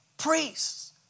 Priests